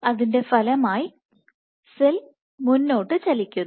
അതിൻറെ ഫലമായി സെൽ മുന്നോട്ടു ചലിക്കുന്നു